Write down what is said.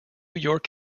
york